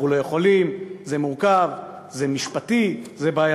אנחנו לא יכולים, זה מורכב, זה משפטי, זה בעייתי.